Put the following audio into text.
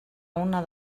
una